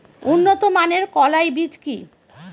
উন্নত মানের কলাই বীজ কি?